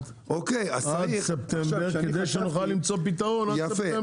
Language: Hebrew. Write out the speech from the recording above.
עד ספטמבר, כדי שנוכל למצוא פתרון עד ספטמבר.